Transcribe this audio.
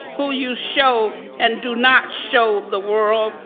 who you show and do not show the world.